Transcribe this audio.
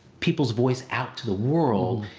people's voice out to the world,